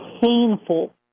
painful